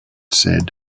said